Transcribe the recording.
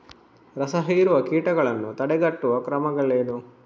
ರಸಹೀರುವ ಕೀಟಗಳನ್ನು ತಡೆಗಟ್ಟುವ ಕ್ರಮಗಳೇನು?